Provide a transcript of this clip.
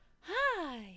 hi